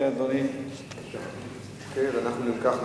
אם כך,